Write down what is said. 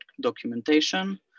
documentation